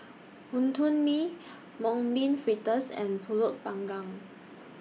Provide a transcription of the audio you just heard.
Wonton Mee Mung Bean Fritters and Pulut Panggang